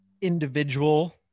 individual